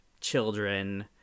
children